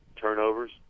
turnovers